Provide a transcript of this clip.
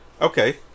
Okay